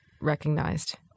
recognized